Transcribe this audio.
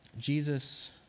Jesus